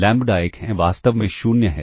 lambda 1 हैं वास्तव में 0 है